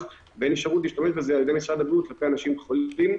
שמאלצת אותך להטיל סגרים בסופו של דבר.